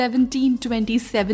1727